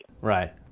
Right